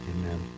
amen